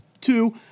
Two